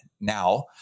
now